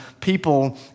people